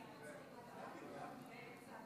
אדוני היושב-ראש,